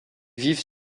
vivent